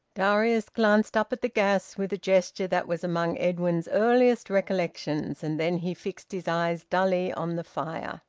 darius glanced up at the gas, with a gesture that was among edwin's earliest recollections, and then he fixed his eyes dully on the fire,